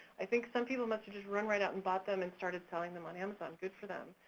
i think some people must've just run right out and bought them and started selling them on amazon, good for them.